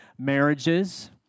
marriages